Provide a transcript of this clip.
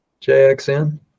JXN